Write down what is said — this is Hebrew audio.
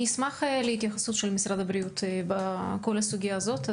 אני אשמח להתייחסות של משרד הבריאות לכל הסוגייה הזאת.